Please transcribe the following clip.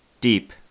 deep